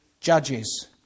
judges